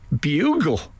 bugle